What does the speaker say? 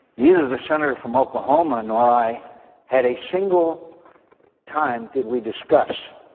neither the senator from oklahoma nor i had a single time did we discuss